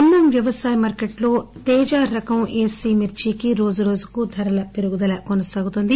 ఖమ్మం వ్యవసాయ మార్కెట్లో తేజా రకం ఏసీ మిర్చికి రోజురోజుకూ ధరల పెరుగుదల కొనసాగుతోంది